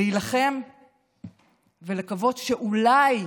להילחם ולקוות שאולי,